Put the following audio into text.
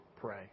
pray